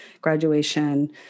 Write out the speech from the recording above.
graduation